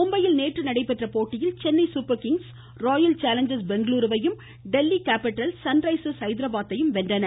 மும்பையில் நேற்று நடைபெற்ற போட்டியில் Chennai Super Kings Royal Challengers பெங்களுருவையும் டெல்லி கேப்பிட்டல்ஸ் சன்ரைஸ்ஸ் ஹைதராபாதையும் வென்றன